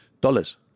dollars